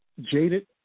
jaded